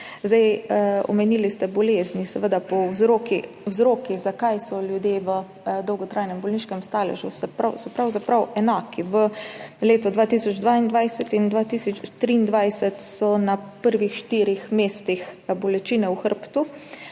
oseb. Omenili ste bolezni. Seveda, vzroki, zakaj so ljudje v dolgotrajnem bolniškem staležu, so pravzaprav enaki. V letu 2022 in 2023 so na prvih štirih mestih bolečine v hrbtu,